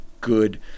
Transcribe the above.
good